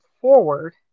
forward